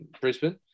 Brisbane